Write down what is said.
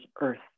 earth